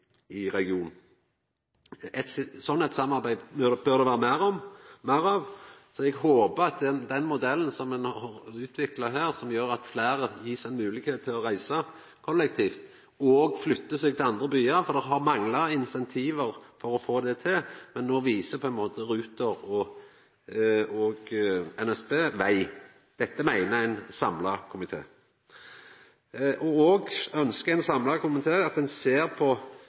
i regionen. Slikt samarbeid bør det vera meir av. Den modellen ein har utvikla her, gjer at fleire blir gjeve moglegheita til å reisa kollektivt og flytta seg til andre byar. Det har mangla incentiv for å få til det, men no viser Ruter og NSB veg. Dette meiner ein samla komité. Ein samla komité ønskjer òg at ein ser på